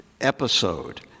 episode